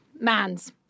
Mans